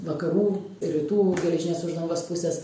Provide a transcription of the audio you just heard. vakarų rytų geležinės uždangos pusės